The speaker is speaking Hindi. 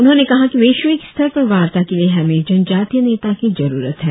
उन्होंने कहा कि वैश्विक स्तर पर वार्ता के लिए हमें जनजातीय नेता की जरुरत है